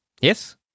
Yes